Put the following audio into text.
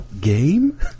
Game